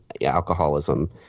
alcoholism